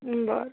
बरं